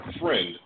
friend